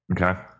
okay